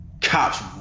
cops